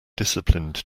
disciplined